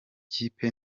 kipe